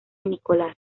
nicolás